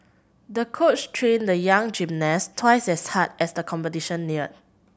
the coach trained the young gymnast twice as hard as the competition neared